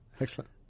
Excellent